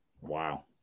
Wow